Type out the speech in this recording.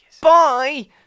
Bye